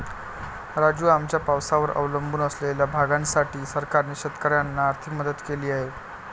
राजू, आमच्या पावसावर अवलंबून असलेल्या भागासाठी सरकारने शेतकऱ्यांना आर्थिक मदत केली आहे